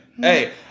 Hey